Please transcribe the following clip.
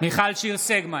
מיכל שיר סגמן,